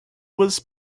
was